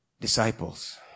disciples